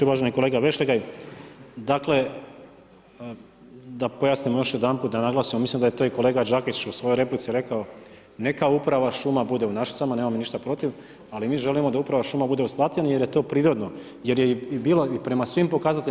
Uvaženi kolega Vešligaj, dakle, da pojasnim još jedanput, da naglasim, mislim da je i to i kolega Đakić u svojoj replici rekao, neka Uprava šuma bude u Našicama, nemamo mi ništa protiv, ali mi želimo da Uprava šuma bude u Slatini jer je to prirodno, jer je i bilo prema svim pokazateljima.